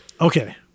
Okay